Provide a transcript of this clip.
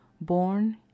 born